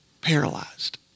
paralyzed